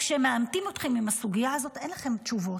----- כשמעמתים אתכם עם הסוגיה הזאת אין לכם תשובות,